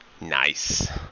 Nice